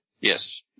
Yes